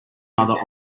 mother